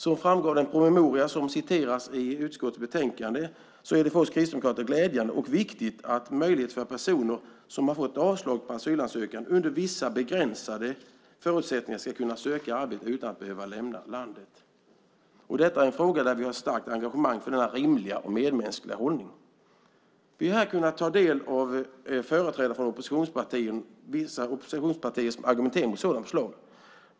Som framgår av den promemoria som citeras i utskottets betänkande är det för oss kristdemokrater glädjande och viktigt med möjligheterna för att personer som fått avslag på asylansökan under vissa begränsade förutsättningar ska kunna söka arbete utan att behöva lämna landet. Vi har ett starkt engagemang för denna rimliga och medmänskliga hållning. Vi har här kunnat ta del av att företrädare från vissa oppositionspartier argumenterat mot ett sådant förslag.